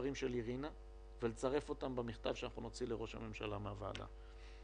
הדברים של אירינה ולצרף אותם במכתב שנוציא לראש הממשלה מהוועדה.